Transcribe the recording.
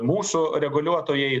mūsų reguliuotojai